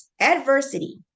adversity